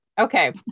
Okay